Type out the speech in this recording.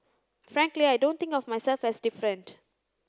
frankly I don't think of myself as different